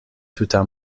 tuta